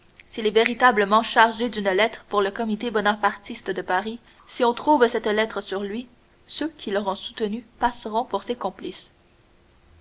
s'il est véritablement chargé d'une lettre pour le comité bonapartiste de paris si on trouve cette lettre sur lui ceux qui l'auront soutenu passeront pour ses complices